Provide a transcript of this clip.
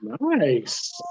Nice